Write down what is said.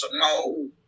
No